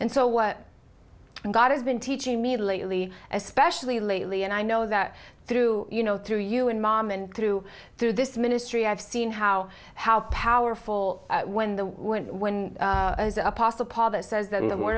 and so what god has been teaching me lately especially lately and i know that through you know through you and mom and through through this ministry i've seen how how powerful when the when the apostle paul that says that i